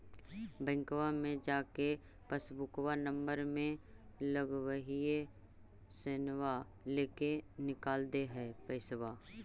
बैंकवा मे जा के पासबुकवा नम्बर मे लगवहिऐ सैनवा लेके निकाल दे है पैसवा?